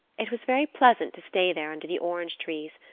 it was very pleasant to stay there under the orange trees,